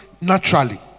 naturally